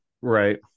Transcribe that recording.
Right